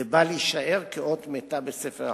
לבל יישאר כאות מתה בספר החוקים.